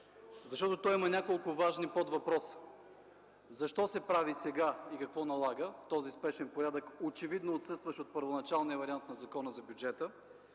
защото то има няколко важни подвъпроса: защо се прави сега и какво налага този спешен порядък, очевидно отсъстващ от първоначалния вариант на Закона за бюджета;